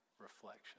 reflection